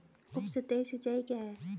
उपसतही सिंचाई क्या है?